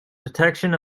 detection